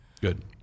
Good